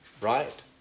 right